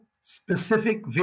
specific